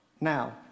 Now